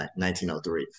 1903